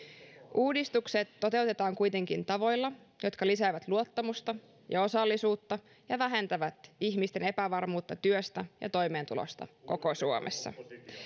uudistukset toteutetaan kuitenkin tavoilla jotka lisäävät luottamusta ja osallisuutta ja vähentävät ihmisten epävarmuutta työstä ja toimeentulosta koko suomessa